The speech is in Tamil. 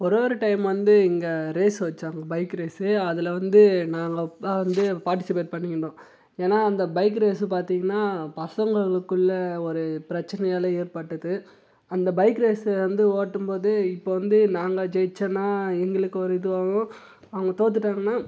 ஒரே ஒரு டைம் வந்து இங்கே ரேஸ் வச்சாங்க பைக் ரேஸு அதில் வந்து நாங்கள் நான் வந்து பார்ட்டிசிபேட் பண்ணி இருந்தோம் ஏன்னா அந்த பைக்கு ரேஸ் பார்த்தீங்கன்னா பசங்களுக்குள்ளே ஒரு பிரச்சனையால் ஏற்பட்டுது அந்த பைக் ரேஸு வந்து ஓட்டும்போது இப்போ வந்து நாங்கள் ஜெயிச்சன்னா எங்களுக்கு ஒரு இதுவாகவும் அவங்க தோர்த்துட்டாங்கன்னா